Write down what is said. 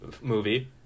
movie